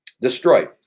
destroyed